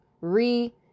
re